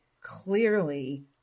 clearly